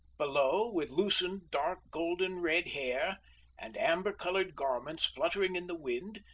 below, with loosened dark golden-red hair and amber-colored garments fluttering in the wind,